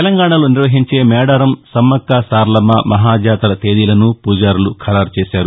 తెలంగాణలో నిర్వహించే మేడారం సమ్నక్క సారలమ్న మహాజాతర తేదీలను పూజారులు ఖరారు చేశారు